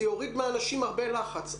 זה יוריד מאנשים הרבה לחץ,